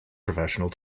professional